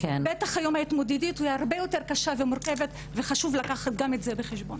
בטח היום ההתמודדות הרבה יותר קשה ומורכבת וחשוב לקחת גם את זה בחשבון.